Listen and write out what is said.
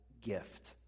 gift